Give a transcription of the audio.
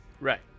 Right